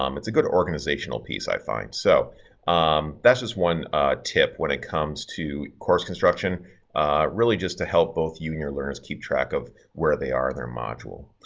um it's a good organizational piece i find. so um that's just one tip when it comes to course construction really just to help both you and your learners keep track of where they are their module.